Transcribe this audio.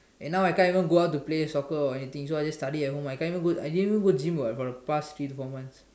and now I can't even go out to play soccer or anything so I just study at home I can't even go I didn't even go gym what for the past three to four months